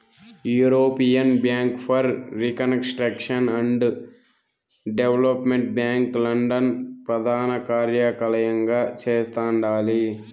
European bank for reconstruction and development bank London ప్రదానకార్యలయంగా చేస్తండాలి